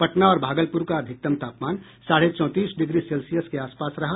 पटना और भागलपुर का अधिकतम तापमान साढ़े चौतीस डिग्री सेल्सियस के आस पास रहा